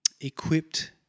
equipped